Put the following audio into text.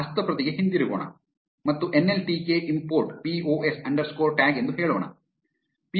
ಹಸ್ತಪ್ರತಿಗೆ ಹಿಂತಿರುಗೋಣ ಮತ್ತು N L T K import POS underscore tag ಎಂದು ಹೇಳೋಣ